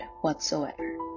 whatsoever